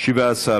3 נתקבלו.